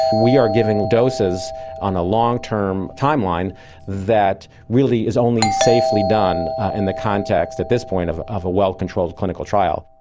we are giving doses on a long-term timeline that really is only safely done in the context at this point of of a well-controlled clinical trial.